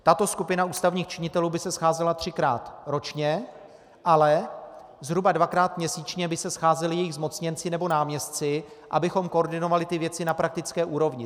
Tato skupina ústavních činitelů by se scházela třikrát ročně, ale zhruba dvakrát měsíčně by se scházeli její zmocněnci nebo náměstci, abychom koordinovali ty věci na praktické úrovni.